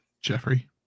Jeffrey